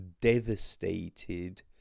devastated